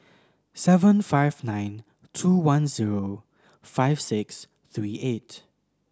seven five nine two one zero five six three eight